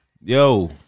Yo